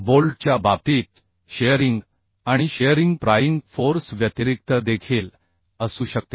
बोल्टच्या बाबतीत शिअरिंग आणि शिअरिंग प्रायिंग फोर्स व्यतिरिक्त देखील असू शकते